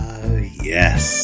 yes